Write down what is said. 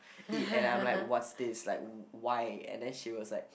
eat and I'm like what's this like why and then she was like